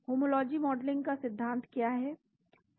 homology modelling का सिद्धान्त क्या है